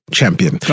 champion